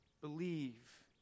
believe